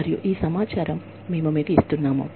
మరియు ఈ సమాచారం మేము మీకు ఇస్తున్నాము